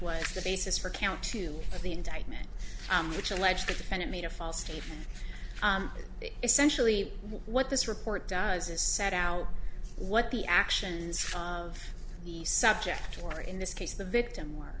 was the basis for count two of the indictment which alleged defendant made a false statement essentially what this report does is set out what the actions of the subject or in this case the victim wor